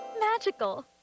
magical